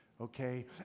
Okay